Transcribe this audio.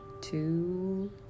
two